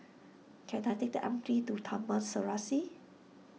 can I take the M T to Taman Serasi